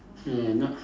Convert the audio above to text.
err not